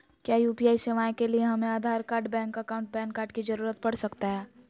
क्या यू.पी.आई सेवाएं के लिए हमें Aadhaar card bank account PAN card की जरूरत पड़ सकता है?